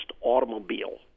automobile